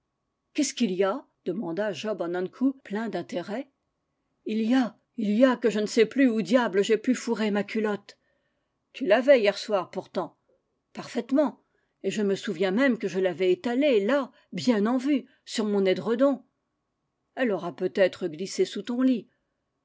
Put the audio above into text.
qu'est-ce qu'il y a demanda job an ankou plein d'in térêt il y a il y a que je ne sais plus où diable j'ai pu fourrer ma culotte tu l'avais hier soir pourtant parfaitement et je me souviens même que je l'avais étalée là bien en vue sur mon édredon elle aura peut-être glissé sous ton lit